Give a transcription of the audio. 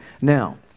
now